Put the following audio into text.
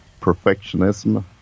perfectionism